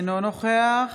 אינו נוכח